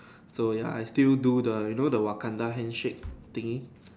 so ya I still do the you know the Wakanda hand shake thingy